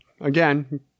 again